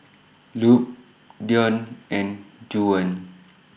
Lupe Deon and Juwan